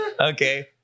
Okay